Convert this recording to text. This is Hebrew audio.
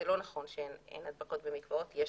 זה לא נכון שאין הדבקות במקוואות יש